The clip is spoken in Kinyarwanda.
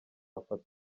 afate